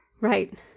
Right